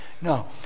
no